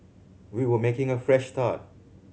we were making a fresh start